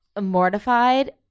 mortified